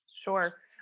Sure